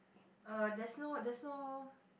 uh there's no there's no